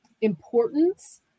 importance